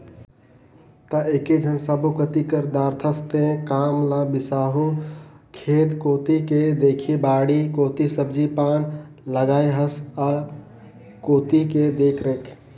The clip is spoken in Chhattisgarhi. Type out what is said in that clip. त एकेझन सब्बो कति कर दारथस तें काम ल बिसाहू खेत कोती के देखही बाड़ी कोती सब्जी पान लगाय हस आ कोती के देखरेख